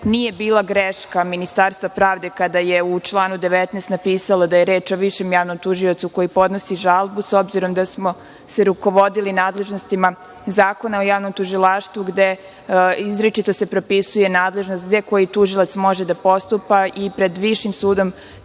ih. Nije bila greška Ministarstva pravde kada je u članu 19. napisalo da je reč o višem javnom tužiocu koji podnosi žalbu, s obzirom da smo se rukovodili nadležnostima Zakona o javnom tužilaštvu, gde se izričito propisuje nadležnost gde koji tužilac može da postupa i pred višim sudom